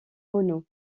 renault